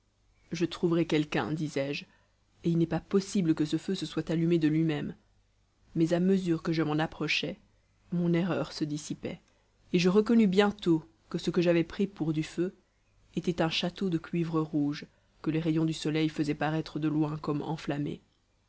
je trouverai quelqu'un disaisje et il n'est pas possible que ce feu se soit allumé de luimême mais à mesure que je m'en approchais mon erreur se dissipait et je reconnus bientôt que ce que j'avais pris pour du feu était un château de cuivre rouge que les rayons du soleil faisaient paraître de loin comme enflammé